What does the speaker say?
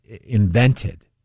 invented